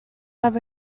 have